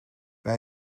bij